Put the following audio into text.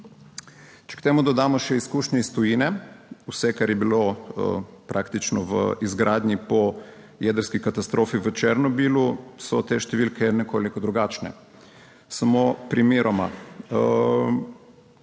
Če k temu dodamo še izkušnje iz tujine, vse, kar je bilo praktično v izgradnji po jedrski katastrofi v Černobilu, so te številke nekoliko drugačne. Samo primeroma.